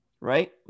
right